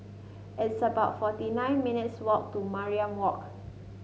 it's about forty nine minutes' walk to Mariam Walk